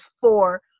four